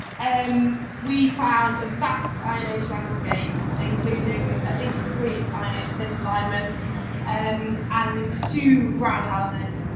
and um we found a vast iron-age landscape including at least three iron-age pit alignments um and two roundhouses.